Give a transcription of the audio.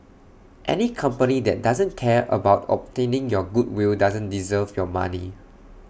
any company that doesn't care about obtaining your goodwill doesn't deserve your money